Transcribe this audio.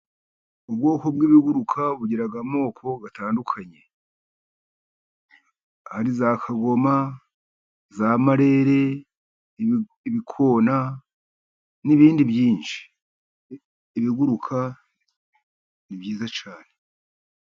Ubwoko bw'ibiguruka bugira amoko atandukanye, hari za kagoma, za marere, ibikona n'ibindi byinshi, ibiguruka ni byiza cyane.